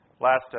Last